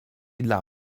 dla